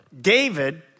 David